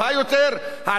העלאת מחיר הלחם,